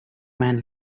man